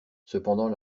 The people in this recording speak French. cependant